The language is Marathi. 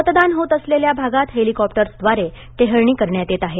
मतदान होत असलेल्या भागांत हेलीकॉप्टरर्सद्वारे टेहळणी करण्यात येत आहे